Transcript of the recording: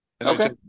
Okay